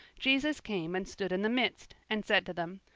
jesus came and stood in the midst, and said to them,